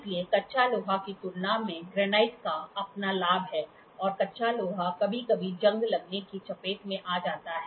इसलिए कच्चा लोहा की तुलना में ग्रेनाइट का अपना लाभ है और कच्चा लोहा कभी कभी जंग लगने की चपेट में आ जाता है